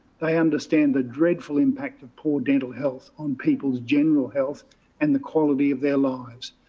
they understand the dreadful impact of poor dental health on people's general health and the quality of their lives.